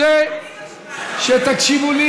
אני רוצה שתקשיבו לי,